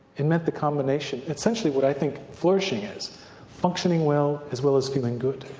it meant the combination. essentially what i think flourishing is functioning well as well as feeling good.